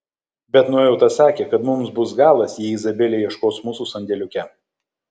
bet nuojauta sakė kad mums bus galas jei izabelė ieškos mūsų sandėliuke